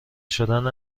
شدن